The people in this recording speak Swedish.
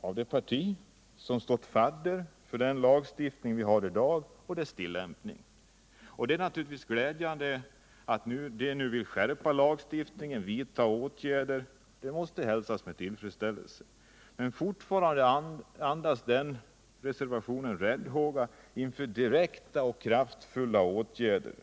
av det parti som stått fadder för den lagstiftning vi har i dag och dess tillämpning. Det är naturligtvis glädjande att detta parti nu vill skärpa lagstiftningen och vidta åtgärder — det måste hälsas med tillfredsställelse. Men fortfarande andas i reservationen en räddhåga inför direkta och kraftfulla åtgärder.